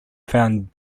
found